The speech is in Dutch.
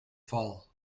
val